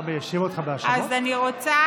אדוני היושב-ראש, אני רוצה